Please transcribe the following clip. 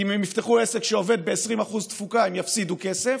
כי אם הם יפתחו עסק שעובד ב-20% תפוקה הם יפסידו כסף,